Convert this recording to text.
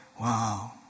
wow